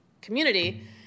community